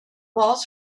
walls